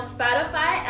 Spotify